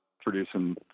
producing